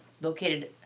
located